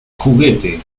juguete